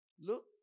Look